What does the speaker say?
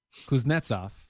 Kuznetsov